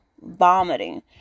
vomiting